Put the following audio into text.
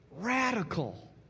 radical